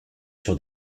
sur